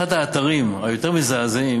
אחד האתרים היותר-מזעזעים